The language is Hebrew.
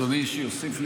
כדאי שתשתוק.